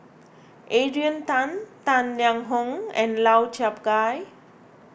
Adrian Tan Tang Liang Hong and Lau Chiap Khai